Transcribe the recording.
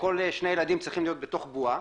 שכל שני ילדים צריכים להיות בתוך בועה,